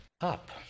up